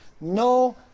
no